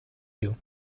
you